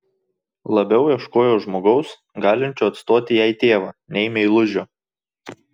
labiau ieškojo žmogaus galinčio atstoti jai tėvą nei meilužio